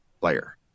player